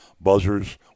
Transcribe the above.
buzzers